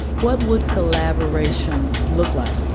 what would collaboration look like?